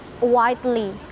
widely